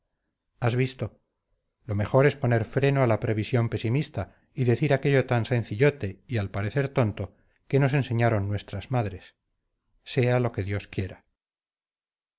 has visto lo mejor es poner freno a la previsión pesimista y decir aquello tan sencillote y al parecer tonto que nos enseñaron nuestras madres sea lo que dios quiera